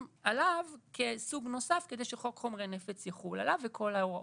עליו כסוג נוסף כדי שחוק חומרי נפץ יחול עליו וכל ההוראות.